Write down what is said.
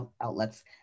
outlets